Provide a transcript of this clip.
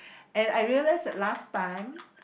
and I realise that last time